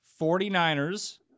49ers